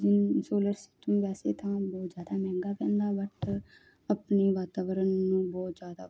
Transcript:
ਜਿਨ solar system ਵੈਸੇ ਤਾਂ ਬਹੁਤ ਜ਼ਿਆਦਾ ਮਹਿੰਗਾ ਪੈਂਦਾ ਬਟ ਆਪਣੀ ਵਾਤਾਵਰਣ ਨੂੰ ਬਹੁਤ ਜ਼ਿਆਦਾ